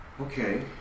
Okay